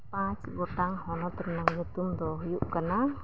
ᱯᱟᱸᱪ ᱜᱚᱴᱟᱝ ᱦᱚᱱᱚᱛ ᱨᱮᱭᱟᱜ ᱧᱩᱛᱩᱢ ᱫᱚ ᱦᱩᱭᱩᱜ ᱠᱟᱱᱟ